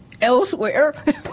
elsewhere